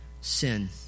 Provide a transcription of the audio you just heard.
sin